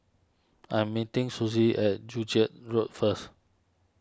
I am meeting Sussie at Joo Chiat Road first